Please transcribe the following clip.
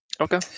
Okay